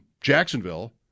Jacksonville